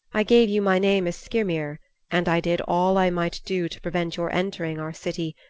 i gave you my name as skyrmir and i did all i might do to prevent your entering our city,